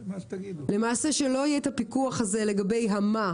שלא יהיה את הפיקוח הזה לגבי ה"מה",